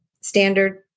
standard